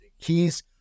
Keys